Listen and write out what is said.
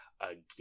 again